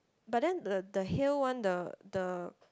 but the the Hale one the the